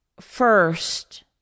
first